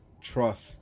trust